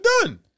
done